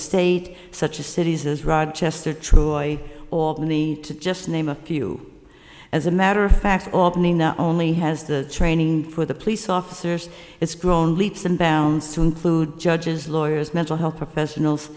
state such as cities as rochester troy albany to just name a few as a matter of fact albany not only has the training for the police officers it's grown leaps and bounds to include judges lawyers mental health professionals